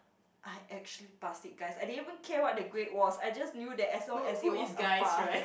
I actually passed it guys I didn't even care what the grade was I just knew that as long as it was a pass